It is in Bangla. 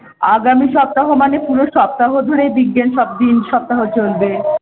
আগামী সপ্তাহ মানে পুরো সপ্তাহ জুড়েই বিজ্ঞান সপ বিন সপ্তাহ চলবে